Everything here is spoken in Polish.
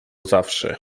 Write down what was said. zawsze